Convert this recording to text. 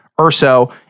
UrsO